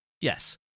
Yes